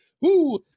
Woo